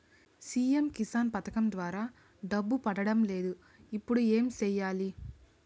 CM Kisan పథకం ద్వారా డబ్బు పడడం లేదు ఇప్పుడు ఏమి సేయాలి